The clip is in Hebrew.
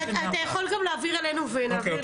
אתה יכול גם להעביר אלינו ונעביר,